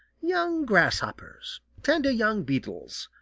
young grasshoppers, tender young beetles,